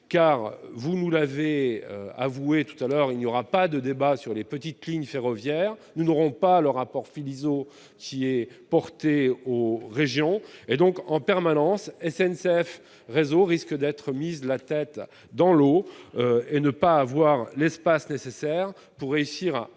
car vous nous l'avez avoué tout à l'heure, il n'y aura pas de débat sur les petites lignes ferroviaires, nous n'aurons pas le rapport Philizot qui est porté aux régions et donc en permanence SNCF réseau risquent d'être mises la tête dans l'eau et ne pas avoir l'espace nécessaire pour réussir à